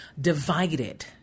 divided